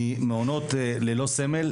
ממעונות ללא סמל,